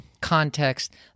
context